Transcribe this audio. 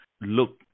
look